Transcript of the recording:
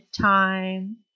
time